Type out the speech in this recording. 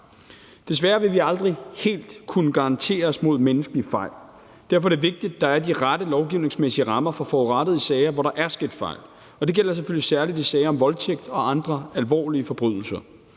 Desværre vil vi aldrig helt kunne sikre os mod menneskelige fejl. Derfor er det vigtigt, at der er de rette lovgivningsmæssige rammer for forurettede i sager, hvor der er sket fejl, og det gælder selvfølgelig særlig i sager om voldtægt og andre alvorlige forbrydelser.